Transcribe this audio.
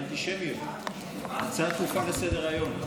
אנטישמיות, הצעה דחופה לסדר-היום.